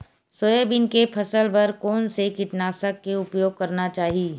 Soybean के फसल बर कोन से कीटनाशक के उपयोग करना चाहि?